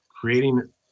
creating